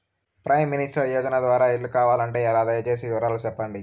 Prime minister యోజన ద్వారా ఇల్లు కావాలంటే ఎలా? దయ సేసి వివరాలు సెప్పండి?